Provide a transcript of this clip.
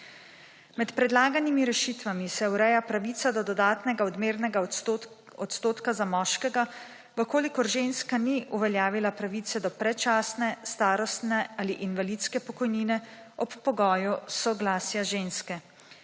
Med predlaganimi rešitvami se ureja pravica do dodatnega odmernega odstotka za moškega, v kolikor ženska ni uveljavila pravice do predčasne, starostne ali invalidske pokojnine ob pogoju soglasja ženske.